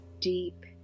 deep